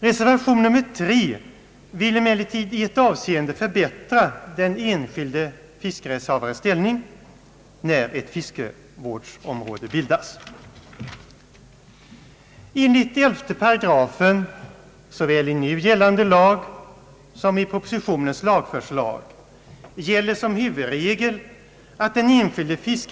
Reservation III vill emellertid i ett avseende förbättra den enskilde fiskerättshavarens ställning när ett fiskevårdsområde bildas.